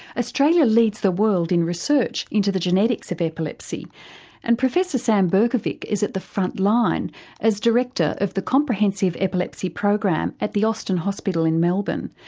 australia leads the world in research into the genetics of epilepsy and professor sam berkovic is at the front line as director of the comprehensive epilepsy program at the austin hospital in melbourne,